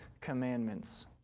commandments